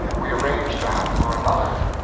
we arranged that for another.